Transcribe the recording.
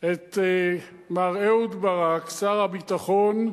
את מר אהוד ברק, שר הביטחון,